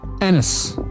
Ennis